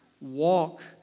walk